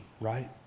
right